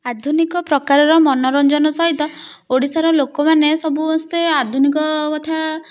ଆଧୁନିକ ପ୍ରକାରର ମନୋରଞ୍ଜନ ସହିତ ଓଡ଼ିଶାର ଲୋକମାନେ ସବୁ ସମସ୍ତେ ଆଧୁନିକ କଥା